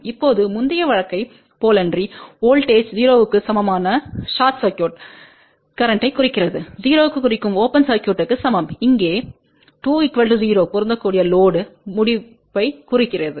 இப்போது முந்தைய வழக்கைப் போலன்றி வோல்ட்டேஜ் 0 க்கு சமமான ஷார்ட் சர்க்யூட் கரேன்ட்த்தைக் குறிக்கிறது 0 குறிக்கும் ஓபன் சர்க்யூட்க்கு சமம்இங்கே2 0 பொருந்தக்கூடிய லோடு முடிப்பைக் குறிக்கிறது